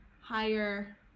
higher